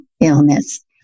illness